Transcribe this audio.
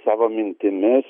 savo mintimis